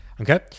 Okay